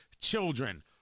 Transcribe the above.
children